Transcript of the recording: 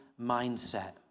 mindset